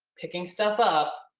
picking stuff up